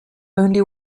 only